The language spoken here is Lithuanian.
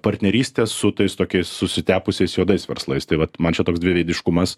partnerystės su tais tokiais susitepusiais juodais verslais tai vat man čia toks dviveidiškumas